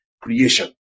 creation